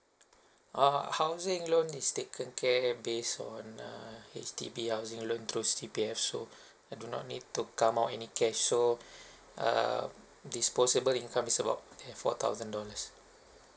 uh housing loan is taken care based on uh H_D_B housing loan through C_P_F so I do not need to come out any cash so err disposable income is about uh four thousand dollars